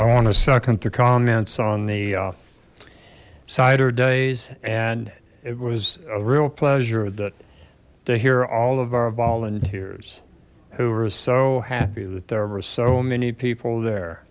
second to comments on the cider days and it was a real pleasure that to hear all of our volunteers who were so happy that there were so many people there